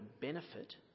benefit